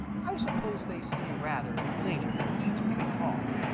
i suppose they stay rather later than we do in the fall.